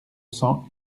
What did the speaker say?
cents